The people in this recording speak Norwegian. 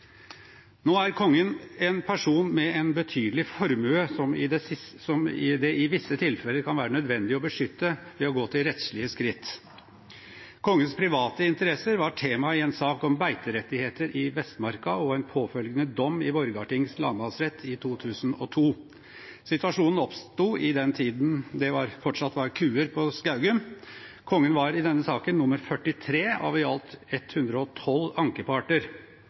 Nå er kongen en person med en betydelig formue, som det i visse tilfeller kan være nødvendig å beskytte ved å gå til rettslige skritt. Kongens private interesser var tema i en sak om beiterettigheter i Vestmarka og en påfølgende dom i Borgarting lagmannsrett i 2002. Situasjonen oppsto i den tiden det fortsatt var kuer på Skaugum. Kongen var i denne saken nr. 43 av i alt 112 ankeparter.